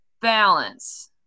balance